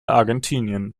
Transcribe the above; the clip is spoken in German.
argentinien